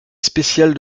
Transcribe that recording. spéciale